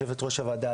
יושבת ראש הוועדה,